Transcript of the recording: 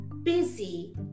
busy